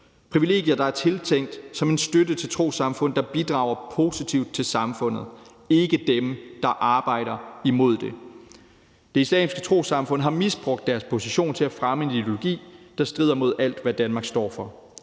privilegier, der er tænkt som en støtte til trossamfund, der bidrager positivt til samfundet, ikke dem, der arbejder imod det. Det Islamiske Trossamfund har misbrugt deres position til at fremme en ideologi, der strider imod alt, hvad Danmark står for.